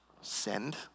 Send